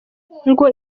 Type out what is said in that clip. ngo